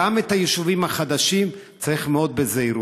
גם את היישובים החדשים, צריך מאוד בזהירות.